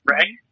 Right